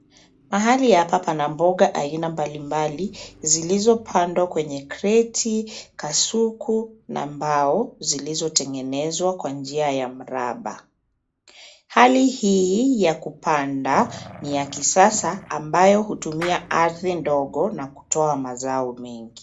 Mahali hapa pana mboga aina mbalimbali zilizopandwa kwenye kreti, kasuku na mbao zilizotengenezwa kwa njia ya mraba. Hali hii ya kupanda ni ya kisasa ambayo hutumia ardhi ndogo na kutoa mazao mengi.